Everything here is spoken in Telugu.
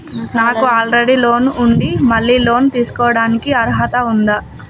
నాకు ఆల్రెడీ లోన్ ఉండి మళ్ళీ లోన్ తీసుకోవడానికి అర్హత ఉందా?